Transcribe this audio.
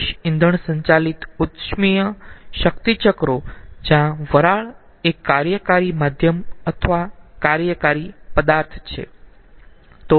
અવશેષ ઇંધણ સંચાલિત ઉષ્મીય શક્તિ ચક્રો જ્યા વરાળ એ કાર્યકારી માધ્યમ અથવા કાર્યકારી પદાર્થ છે